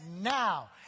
now